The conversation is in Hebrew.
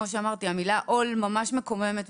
המילה "עול" ממש מקוממת.